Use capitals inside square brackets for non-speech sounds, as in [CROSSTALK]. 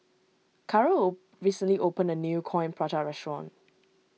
[UNINTELLIGIBLE] recently opened a new Coin Prata restaurant